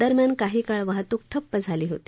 दरम्यान काही काळ वाहतूक ठप्प झाली होती